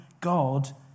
God